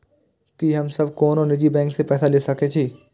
की हम सब कोनो निजी बैंक से पैसा ले सके छी?